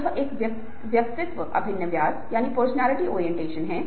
मानव मस्तिष्क में लगभग 86 बिलियन न्यूरॉन होते हैं